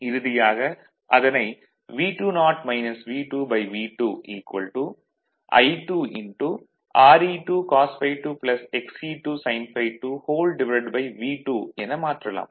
இறுதியாக அதனை V20 V2V2 I2 Re2 cos ∅2 XE2 sin ∅2V2 என மாற்றலாம்